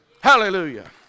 hallelujah